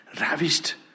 Ravished